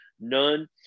none